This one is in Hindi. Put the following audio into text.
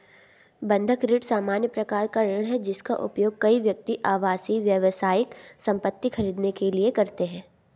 बंधक ऋण सामान्य प्रकार का ऋण है, जिसका उपयोग कई व्यक्ति आवासीय, व्यावसायिक संपत्ति खरीदने के लिए करते हैं